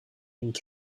and